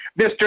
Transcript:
Mr